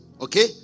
Okay